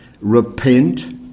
Repent